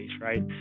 right